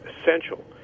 essential